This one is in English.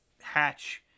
hatch